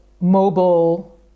mobile